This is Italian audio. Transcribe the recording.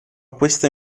questa